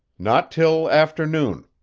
not till afternoon.